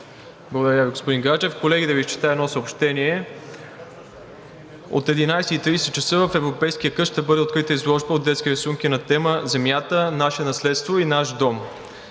Благодаря, господин Гаджев. Колеги, да Ви изчета едно съобщение. От 11,30 ч. в Европейския кът ще бъде открита изложба от детски рисунки на тема „Земята – наше наследство и наш дом“.